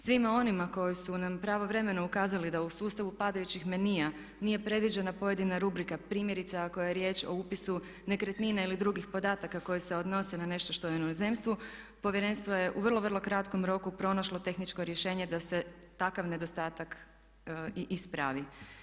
Svima onima koji su nam pravovremeno ukazali da u sustavu padajućih menija nije predviđena pojedina rubrika, primjerice ako je riječ o upisu nekretnine ili drugih podataka koje se odnose na nešto što je u inozemstvu povjerenstvo je u vrlo, vrlo kratkom roku pronašlo tehničko rješenje da se takav nedostatak i ispravi.